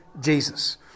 Jesus